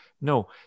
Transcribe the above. No